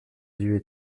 yeux